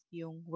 yung